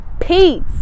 peace